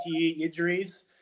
injuries